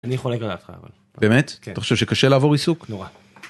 אני חולק עליו, באמת? אתה חושב שקשה לעבור עיסוק? נורא.